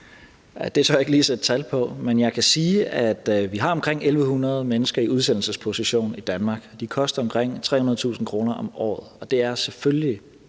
Det tør jeg ikke lige sætte tal på, men jeg kan sige, at vi har omkring 1.100 mennesker i udsendelsesposition i Danmark. De koster omkring 300.000 kr. om året, og det er selvfølgelig